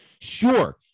Sure